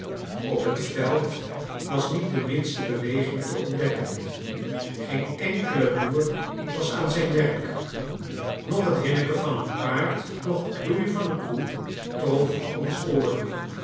op het veld was niet de minste beweging te ontdekken geen enkele boer was aan zijn werk noch het hinneken van een paard noch het loeien van een koe trof ons oor